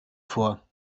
vor